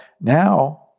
now